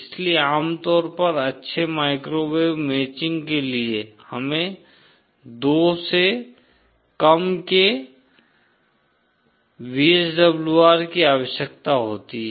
इसलिए आमतौर पर अच्छे माइक्रोवेव मैचिंग के लिए हमें 2 से कम के VSWR की आवश्यकता होती है